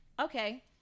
Okay